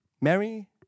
Mary